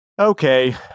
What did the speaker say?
Okay